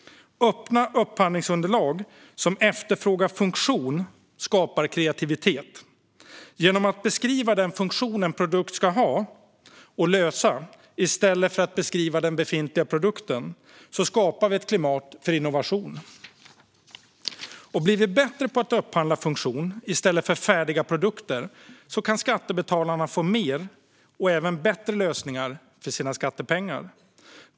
Öppna upphandlingsunderlag som efterfrågar funktion skapar kreativitet. Genom att beskriva den funktion en produkt ska ha i stället för att beskriva en befintlig produkt skapar vi ett klimat för innovation. Blir vi bättre på att upphandla funktion i stället för färdiga produkter kan skattebetalarna få mer och bättre lösningar för sina skattepengar.